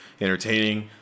entertaining